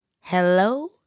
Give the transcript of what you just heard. Hello